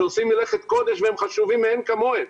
שעושים מלאכת קודש והם חשובים מאין כמוהם,